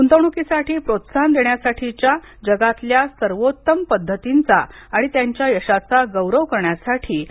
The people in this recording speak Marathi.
गुंतवणुकीसाठी प्रोत्साहन देण्यासाठीच्या जगातल्या सर्वोत्तम पद्धतींचा आणि त्यांच्या यशाचा गौरव करण्यासाठी या पुरस्कार दिला जातो